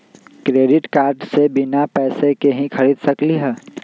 Credit card से बिना पैसे के ही खरीद सकली ह?